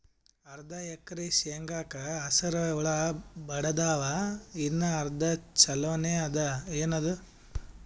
ಅರ್ಧ ಎಕರಿ ಶೇಂಗಾಕ ಹಸರ ಹುಳ ಬಡದಾವ, ಇನ್ನಾ ಅರ್ಧ ಛೊಲೋನೆ ಅದ, ಏನದು?